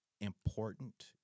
important